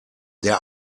der